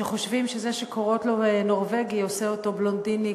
שחושבים שזה שקוראות לו נורבגי עושה אותו בלונדיני,